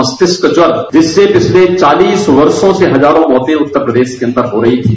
मस्तिष्क ज्वर जिससे पिछले चालीस वर्षो से हजारों मौते उत्तर प्रदेश के अंदर हो रही थीं